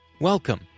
Welcome